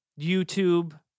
YouTube